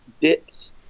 dips